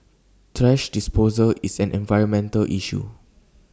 thrash disposal is an environmental issue